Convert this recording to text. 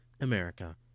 America